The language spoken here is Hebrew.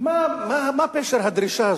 מה פשר הדרישה הזו?